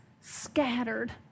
scattered